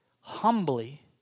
humbly